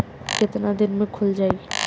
कितना दिन में खुल जाई?